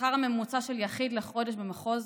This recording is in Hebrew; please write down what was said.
השכר הממוצע של יחיד לחודש במחוז